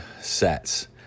sets